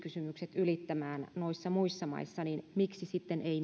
ylittämään noissa muissa maissa miksi sitten